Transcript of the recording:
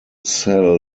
sell